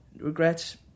regrets